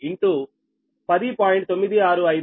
ఇది Ds 0